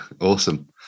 Awesome